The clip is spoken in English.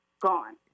gone